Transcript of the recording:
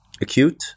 acute